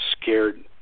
scared